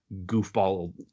goofball